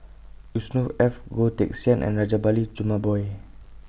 Yusnor Ef Goh Teck Sian and Rajabali Jumabhoy